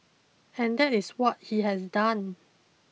and that is what he has done